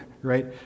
Right